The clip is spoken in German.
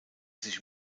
sich